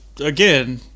again